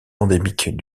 endémique